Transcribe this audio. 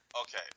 Okay